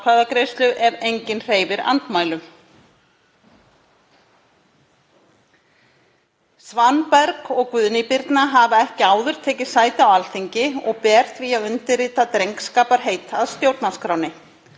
atkvæðagreiðslu ef enginn hreyfir andmælum. Svanberg og Guðný Birna hafa ekki áður tekið sæti á Alþingi og ber því að undirrita drengskaparheit að stjórnarskránni.